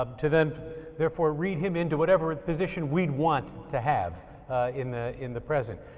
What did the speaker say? um to then therefore read him into whatever position we want to have in the in the present,